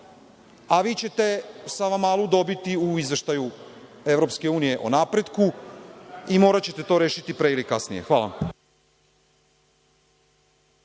a vi ćete Savamalu dobiti u izveštaju EU o napretku i moraćete to rešiti pre ili kasnije. Hvala